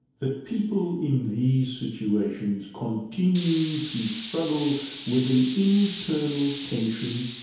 that people in these situations continue to struggle with an internal tension.